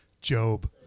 Job